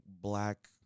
black